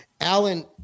Alan